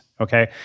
Okay